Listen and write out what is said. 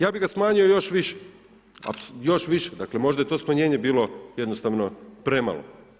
Ja bih ga smanjio još više, još više, dakle možda je to smanjenje bilo jednostavno premalo.